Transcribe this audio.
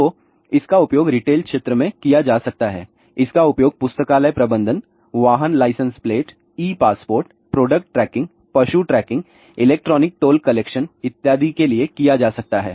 तो इसका उपयोग रिटेल क्षेत्र में किया जा सकता है इसका उपयोग पुस्तकालय प्रबंधन वाहन licence plate e passport product tracking पशु ट्रैकिंग इलेक्ट्रॉनिक टोल कलेक्शन इत्यादि के लिए किया जा सकता है